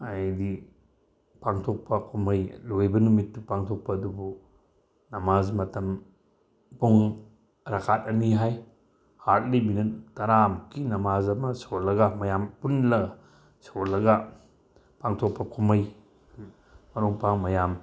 ꯍꯥꯏꯕꯗꯤ ꯄꯥꯡꯊꯣꯛꯄ ꯀꯨꯝꯍꯩ ꯂꯣꯏꯕ ꯅꯨꯃꯤꯠꯇꯨ ꯄꯥꯡꯊꯣꯛꯄ ꯑꯗꯨꯕꯨ ꯅꯃꯥꯖ ꯃꯇꯝ ꯄꯨꯡ ꯀ꯭ꯔꯈꯥꯠ ꯑꯅꯤ ꯍꯥꯏ ꯍꯥ꯭ꯔꯠꯂꯤ ꯃꯤꯅꯠ ꯇꯥꯔꯥꯃꯨꯛꯀꯤ ꯅꯃꯥꯖ ꯑꯃ ꯁꯣꯜꯂꯒ ꯃꯌꯥꯝ ꯄꯨꯟꯂ ꯁꯣꯜꯂꯒ ꯄꯥꯡꯊꯣꯛꯄ ꯀꯨꯝꯍꯩ ꯃꯔꯨꯞ ꯃꯄꯥꯡ ꯃꯌꯥꯝ